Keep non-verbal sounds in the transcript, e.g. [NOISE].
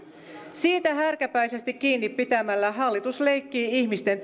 siitä härkäpäisesti kiinni pitämällä hallitus leikkii ihmisten [UNINTELLIGIBLE]